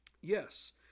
Yes